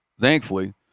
thankfully